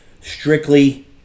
strictly